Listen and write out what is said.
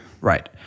Right